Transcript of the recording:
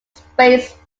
space